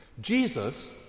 Jesus